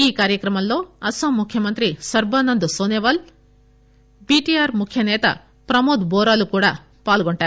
ఈ కార్యక్రమంలో అస్సాం ముఖ్యమంత్రి సర్భానంద్ సోనోవాల్ బీటీఆర్ ముఖ్యసేత ప్రమోద్ బోరోలు కూడా పాల్గొంటారు